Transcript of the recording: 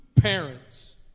parents